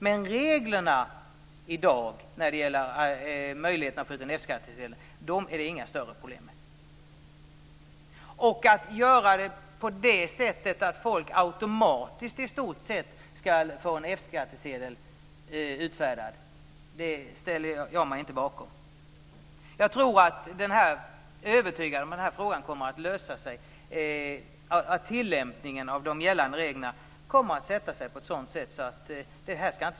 Men dagens regler för att få ut en F-skattsedel är det inga större problem med. Att folk i stort sett automatiskt skulle få en F-skattsedel utfärdad ställer jag mig inte bakom. Jag är övertygad om att den här frågan kommer att lösa sig och att tillämpningen av gällande regler kommer att fungera.